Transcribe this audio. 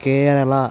Kerala